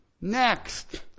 Next